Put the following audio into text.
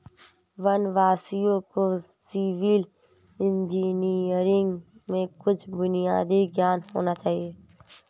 वनवासियों को civil engineering में कुछ बुनियादी ज्ञान होना चाहिए